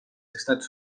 estats